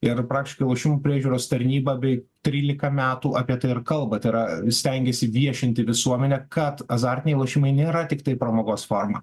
ir praktiškai lošimų priežiūros tarnyba bei trylika metų apie tai ir kalba tai yra stengiasi viešinti visuomenę kad azartiniai lošimai nėra tiktai pramogos forma